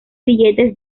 billetes